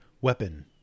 weapon